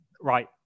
Right